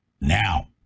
now